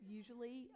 usually